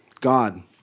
God